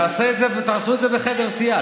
תעשו את זה בחדר הסיעה.